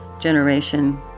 generation